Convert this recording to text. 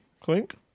clink